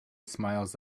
smiles